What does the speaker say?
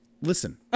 Listen